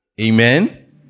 Amen